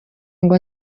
ngo